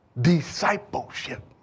discipleship